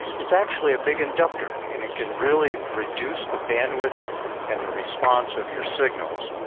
it's actually a big inductor and it can really reduce the bandwidth and the response of your signals.